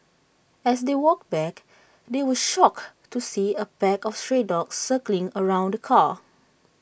as they walked back they were shocked to see A pack of stray dogs circling around the car